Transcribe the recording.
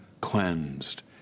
cleansed